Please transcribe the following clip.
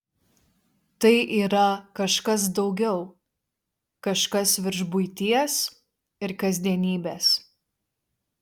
tai yra kažkas daugiau kažkas virš buities ir kasdienybės